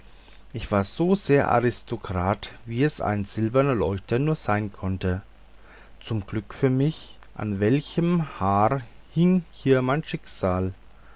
ich war so sehr aristokrat wie es ein silberner leuchter nur sein konnte zum glück für mich an welchem haar hing hier mein schicksal